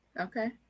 okay